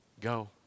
Go